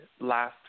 last